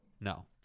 no